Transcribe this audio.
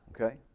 Okay